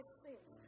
sins